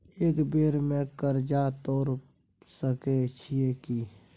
एक बेर में कर्जा तोर सके छियै की?